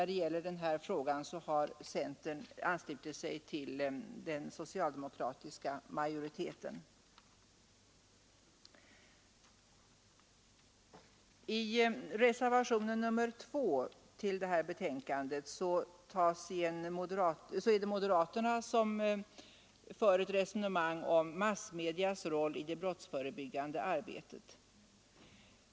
I den här frågan har centern emellertid anslutit sig till socialdemokraterna. I reservationen 2 för moderaterna ett resonemang om massmedias roll i det brottsförebyggande arbetet.